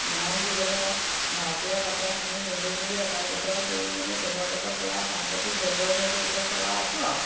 ম'হক দিবলে ভাইটিয়ে কাটে আমি মিলি জুলি এটাইকেইটাই কৰি মেলি গোবৰ জাবৰ পেলাই সম্পতি জীৱ জন্তুকিটা চলাই আছোঁ আও